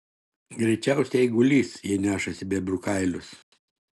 greičiausiai eigulys jei nešasi bebrų kailius